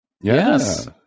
Yes